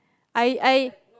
I I